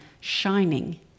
shining